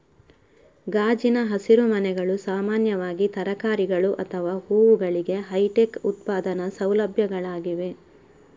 ಗಾಜಿನ ಹಸಿರುಮನೆಗಳು ಸಾಮಾನ್ಯವಾಗಿ ತರಕಾರಿಗಳು ಅಥವಾ ಹೂವುಗಳಿಗೆ ಹೈಟೆಕ್ ಉತ್ಪಾದನಾ ಸೌಲಭ್ಯಗಳಾಗಿವೆ